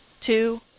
two